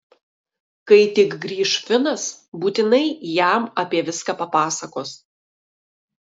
kai tik grįš finas būtinai jam apie viską papasakos